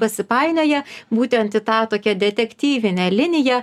pasipainioja būtent į tą tokią detektyvinę liniją